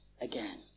again